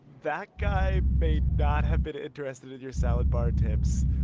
that guy may not have been interested in your salad bar tips,